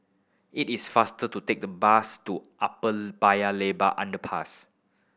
it is faster to take the bus to Upper Paya Lebar Underpass